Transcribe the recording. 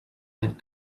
that